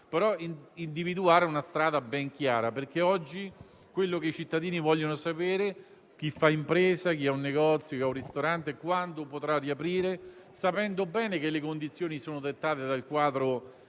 individuare una strada ben chiara, perché oggi i cittadini vogliono sapere (chi fa impresa, chi ha un negozio, chi ha un ristorante) quando si potranno riaprire le attività, sapendo bene che le condizioni sono dettate dal quadro